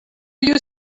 you